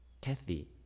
Kathy